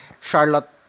Charlotte